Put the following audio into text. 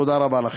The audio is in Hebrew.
תודה רבה לכם.